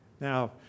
Now